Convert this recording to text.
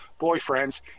boyfriends